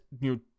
new